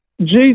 Jesus